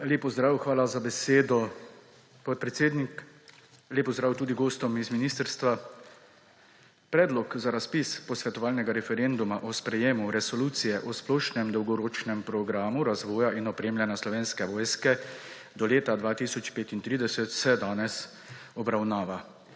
Lep pozdrav, hvala za besedo, podpredsednik. Lep pozdrav tudi gostom iz ministrstva! Predlog za razpis posvetovalnega referenduma o sprejemu Predloga resolucije o splošnem dolgoročnem programu razvoja in opremljanja Slovenske vojske do leta 2035 se danes obravnava.